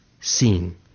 seen